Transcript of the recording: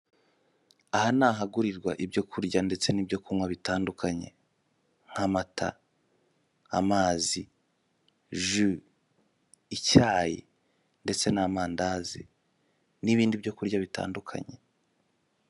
Aha ni ahagurirwa ibyo kurya ndetse n'ibyo kunywa bitandukanye nk'amata, amazi, ji, icyayi ndetse n'amandazi n'ibindi byo kurya bitandukanye.